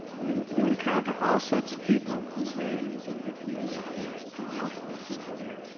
you you encounter all sorts of people whose names would be familiar to to most of the people here.